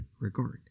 regard